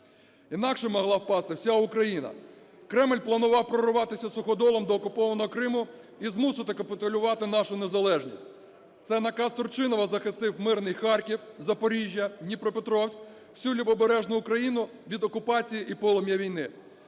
інакше могла впасти вся Україна. Кремль планував прорватися суходолом до окупованого Криму і змусити капітулювати нашу незалежність. Це наказ Турчинова захистив мирний Харків, Запоріжжя, Дніпропетровськ, всю Лівобережну Україну від окупації і полум'я війни.